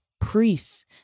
priests